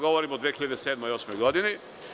Govorim o 2007, 2008. godini.